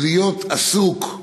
ולהיות עסוק,